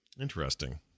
Interesting